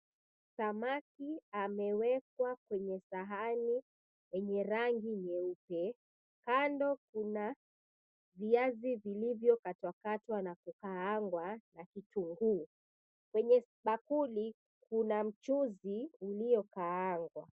Samaki amewekwa kwenye sahani yenye rangi nyeupe. Kando kuna viazi vilivyokatakatwa na kukaangwa na kitunguu. Kwenye bakuli kuna mchuzi uliokaangwa.